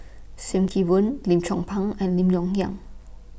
SIM Kee Boon Lim Chong Pang and Lim Yong Liang